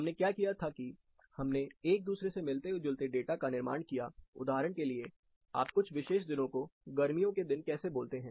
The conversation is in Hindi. हमने क्या किया था की हमने एक दूसरे से मिलते जुलते डेटा का निर्माण किया उदाहरण के लिए आप कुछ विशेष दिनों को गर्मियों के दिन कैसे बोलते हैं